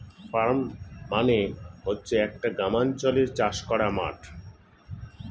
farm মানে হচ্ছে একটা গ্রামাঞ্চলে চাষ করার মাঠ